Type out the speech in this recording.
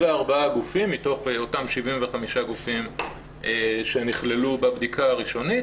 גופים מתוך אותם 75 גופים שנכללו בבדיקה הראשונית